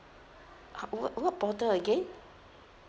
uh what what portal again